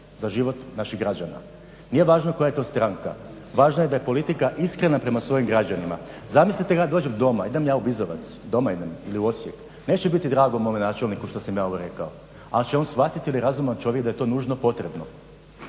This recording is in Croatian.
za život naših građana. Nije važno koja je to stranka, važno je da je politika iskrena prema svojim građanima. Zamislite ja dođem doma, idem ja u Bizovac, doma idem ili u Osijek, neće biti drago mome načelniku što sam ja ovo rekao, ali će on shvatiti jer je razuman čovjek da je to nužno, potrebno.